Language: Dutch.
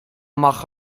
mag